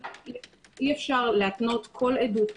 אי אפשר להתנות כל עדות כזו,